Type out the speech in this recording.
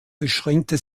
beschränkte